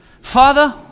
Father